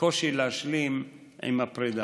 וקושי להשלים עם הפרדה.